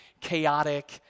chaotic